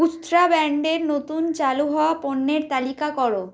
উস্ত্রা ব্র্যান্ডের নতুন চালু হওয়া পণ্যের তালিকা কর